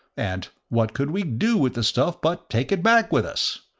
and what could we do with the stuff but take it back with us?